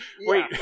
wait